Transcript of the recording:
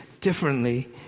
differently